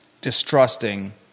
Distrusting